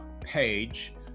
page